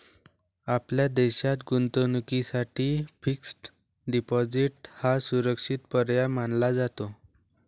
आपल्या देशात गुंतवणुकीसाठी फिक्स्ड डिपॉजिट हा सुरक्षित पर्याय मानला जातो